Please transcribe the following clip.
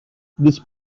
this